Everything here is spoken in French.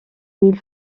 mille